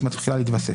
הריבית מתחילה להתווסף.